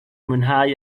mwynhau